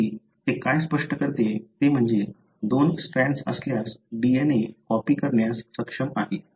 तथापि ते काय स्पष्ट करते ते म्हणजे दोन स्ट्रॅन्ड्स असल्यास DNA कॉपी करण्यास सक्षम आहे